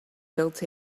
built